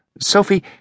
Sophie